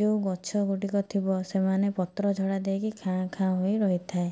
ଯେଉଁ ଗଛ ଗୁଡ଼ିକ ଥିବ ସେମାନେ ପତ୍ର ଝଡ଼ା ଦେଇକି ଖାଁ ଖାଁ ହୋଇ ରହିଥାଏ